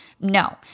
no